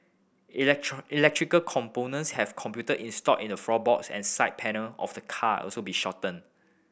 electric electrical components have computer installed in the floorboards and side panel of the car also be shorten